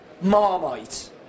Marmite